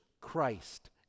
Christ